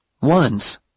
Once